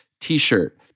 t-shirt